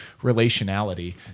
relationality